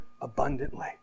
abundantly